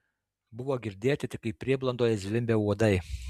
buvo girdėti tik kaip prieblandoje zvimbia uodai